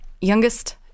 youngest